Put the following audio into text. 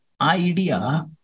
idea